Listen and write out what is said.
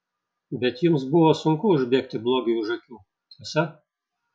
bet jums buvo sunku užbėgti blogiui už akių tiesa